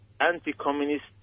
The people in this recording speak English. anti-communist